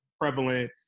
prevalent